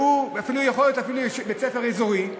הוא יכול להיות אפילו בית-ספר אזורי,